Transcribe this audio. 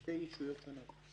אלו שתי ישויות שונות.